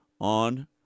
on